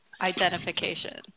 identification